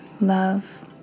love